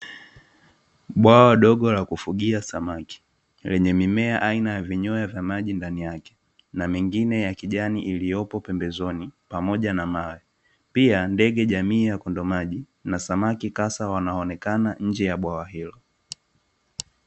Bwawa dogo la kufugia samaki, lenye mimea aina ya vinyoa vya maji ndani yake, na mengine ya kijani yaliyopo pembezoni pamoja na mawe. Pia ndege jamii ya fundomaji na samaki kasa, wanaonekana nje ya bwawa hilo.